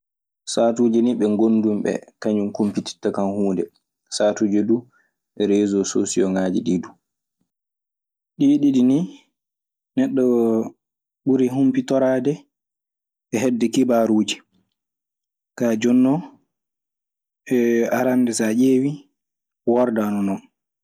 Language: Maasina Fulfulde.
Saatuuji nii ɓe ngondumi ɓe kañun en kumpititta kan huunde. Saatuuji du reeso soosiongaaji ɗii du, ɗii ɗiɗi nii neɗɗo ɓuri humpitoraade e hedde kibaaruuji. Kaa jonnoo, arannde so a ƴeewi wordaanonon.